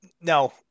no